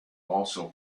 also